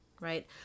right